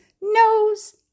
nose